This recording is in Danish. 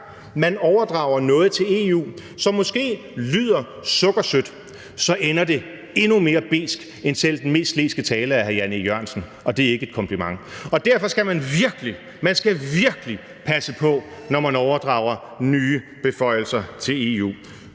man overdrager noget til EU, som måske lyder sukkersødt, så ender det endnu mere besk end selv den mest sleske tale af hr. Jan E. Jørgensen – og det er ikke en kompliment. Derfor skal man virkelig, virkelig passe på, når man overdrager nye beføjelser til EU.